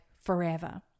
forever